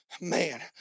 Man